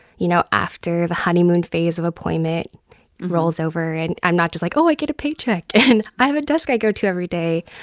you know, after the honeymoon phase of employment rolls over and i'm not just like, oh, i get a paycheck and i have a desk i go to everyday.